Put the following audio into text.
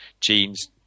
genes